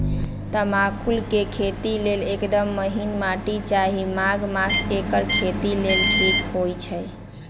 तमाकुल के खेती लेल एकदम महिन माटी चाहि माघ मास एकर खेती लेल ठीक होई छइ